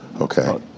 Okay